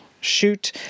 shoot